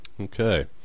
Okay